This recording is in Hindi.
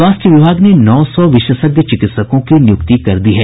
स्वास्थ्य विभाग में नौ सौ विशेषज्ञ चिकित्सकों की नियुक्ति कर दी है